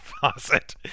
faucet